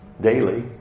daily